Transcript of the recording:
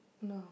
no